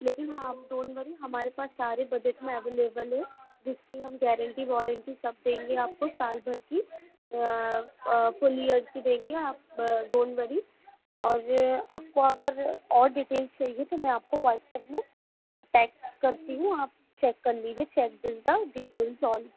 लेकिन हाँ आप डॉन्ट वरी हमारे पास सारे बजट में अवेलेबल है जिसकी हम गैरेन्टी वॉरेन्टी सब देंगे आपको साल भर की फ़ुल इयर की देंगे आप डॉन्ट वरी और आपको अगर और डिटेल्स चाहिए तो मैं आपको वाट्सअप में टैग करती हूँ आप चेक कर लीजिए check this the details all